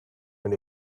and